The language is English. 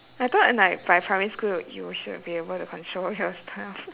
I thought in like by primary school he or she would be able to control your stuff